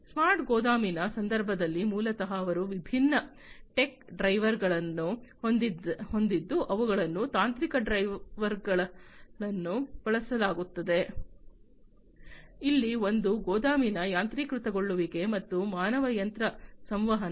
smart ಗೋದಾಮಿನ ಸಂದರ್ಭದಲ್ಲಿ ಮೂಲತಃ ಅವರು ವಿಭಿನ್ನ ಟೆಕ್ ಡ್ರೈವರ್ಗಳನ್ನು ಹೊಂದಿದ್ದು ಅವುಗಳನ್ನು ತಾಂತ್ರಿಕ ಡ್ರೈವರ್ಳನ್ನು ಬಳಸಲಾಗುತ್ತದೆ ಅಲ್ಲಿ ಒಂದು ಗೋದಾಮಿನ ಯಾಂತ್ರೀಕೃತಕೊಳ್ಳುವಿಕೆ ಮತ್ತು ಮಾನವ ಯಂತ್ರ ಸಂವಹನ